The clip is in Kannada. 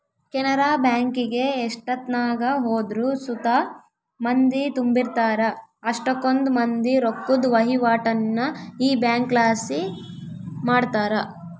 ಕೆನರಾ ಬ್ಯಾಂಕಿಗೆ ಎಷ್ಟೆತ್ನಾಗ ಹೋದ್ರು ಸುತ ಮಂದಿ ತುಂಬಿರ್ತಾರ, ಅಷ್ಟಕೊಂದ್ ಮಂದಿ ರೊಕ್ಕುದ್ ವಹಿವಾಟನ್ನ ಈ ಬ್ಯಂಕ್ಲಾಸಿ ಮಾಡ್ತಾರ